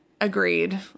Agreed